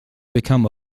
become